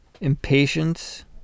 impatience